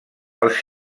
els